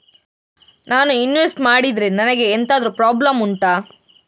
ನಾನು ಇನ್ವೆಸ್ಟ್ ಮಾಡಿದ್ರೆ ನನಗೆ ಎಂತಾದ್ರು ಪ್ರಾಬ್ಲಮ್ ಉಂಟಾ